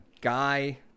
guy